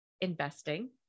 investing